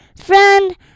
friend